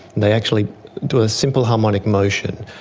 they actually do a simple harmonic motion,